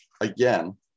again